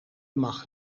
mag